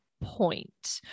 point